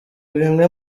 bimwe